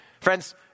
Friends